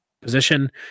position